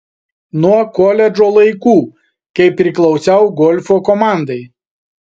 nuo koledžo laikų kai priklausiau golfo komandai